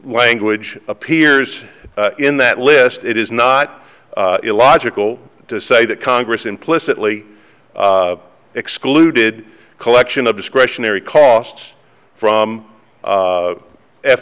language appears in that list it is not illogical to say that congress implicitly excluded collection of discretionary costs from